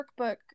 workbook